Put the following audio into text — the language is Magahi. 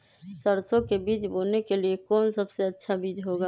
सरसो के बीज बोने के लिए कौन सबसे अच्छा बीज होगा?